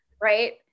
Right